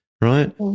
right